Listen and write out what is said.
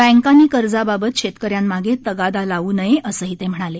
बँकांनी कर्जाबाबत शेतक यांमागे तगादा लावू नये असंही ते म्हणाले